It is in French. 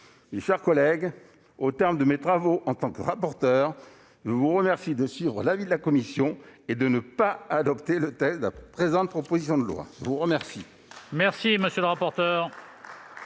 Mes chers collègues, au terme de mes travaux en tant que rapporteur, je vous remercie de suivre l'avis de la commission et de ne pas adopter le texte de la présente proposition de loi. La parole